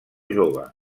jove